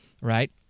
right